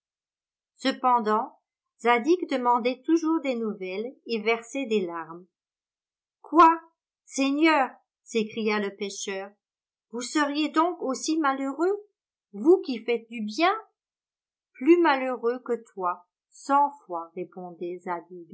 cependant zadig demandait toujours des nouvelles et versait des larmes quoi seigneur s'écria le pêcheur vous seriez donc aussi malheureux vous qui faites du bien plus malheureux que toi cent fois répondait